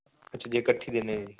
ਅੱਛਾ ਜੇ ਕੱਠੀ ਦਿੰਨੇ ਓ ਜੀ